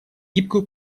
гибкую